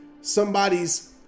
somebody's